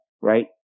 right